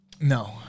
No